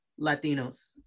Latinos